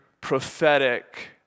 prophetic